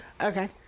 Okay